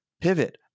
pivot